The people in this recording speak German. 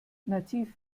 nativ